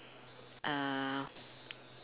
uh